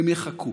הם יחכו